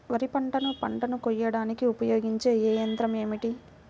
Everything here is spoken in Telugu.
వరిపంటను పంటను కోయడానికి ఉపయోగించే ఏ యంత్రం ఏమిటి?